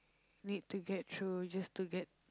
need to get through just to get